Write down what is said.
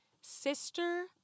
sister